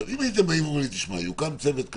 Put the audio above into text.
אם הייתם אומרים: יוקם צוות כזה,